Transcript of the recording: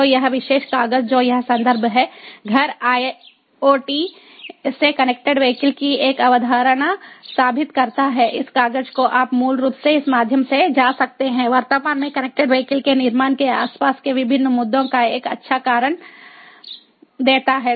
तो यह विशेष कागज जो यहां संदर्भ है घर आईओटी से कनेक्टेड वीहिकल की एक अवधारणा साबित करता है इस कागज को आप मूल रूप से इस माध्यम से जा सकते हैं वर्तमान में कनेक्टेड वीहिकल के निर्माण के आसपास के विभिन्न मुद्दों का एक अच्छा कारण देता है